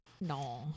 No